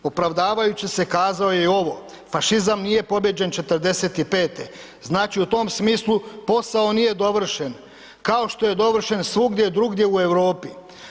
Opravdavajući se kazao je i ovo, fašizam nije pobijeđen '45., znači u tom smislu posao nije dovršen kao je dovršen svugdje drugdje u Europi.